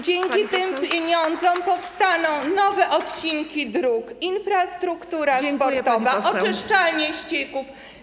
Dzięki tym pieniądzom powstaną nowe odcinki dróg, infrastruktura sportowa, oczyszczalnie ścieków.